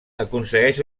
aconsegueix